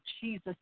Jesus